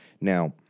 Now